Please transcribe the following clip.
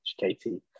Katie